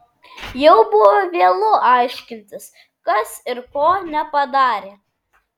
jau buvo vėlu aiškintis kas ir ko nepadarė